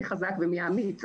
מי חזק ומי אמיץ,